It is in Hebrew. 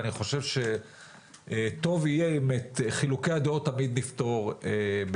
אני חושב שטוב יהיה אם את חילוקי הדעות תמיד נפתור בשיח.